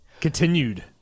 continued